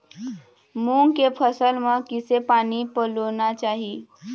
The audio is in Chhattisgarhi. मूंग के फसल म किसे पानी पलोना चाही?